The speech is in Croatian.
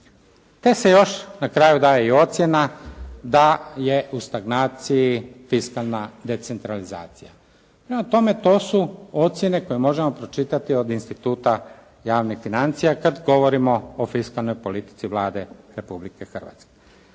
Te se još na kraju daje i ocjena da je u stagnaciji fiskalna decentralizacija. Prema tome, to su ocjene koje možemo pročitati od instituta javnih financija kad govorimo o fiskalnoj politici Vlade Republike Hrvatske.